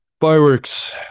fireworks